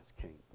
king